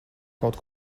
kaut